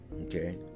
Okay